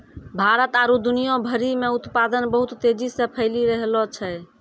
भारत आरु दुनिया भरि मे उत्पादन बहुत तेजी से फैली रैहलो छै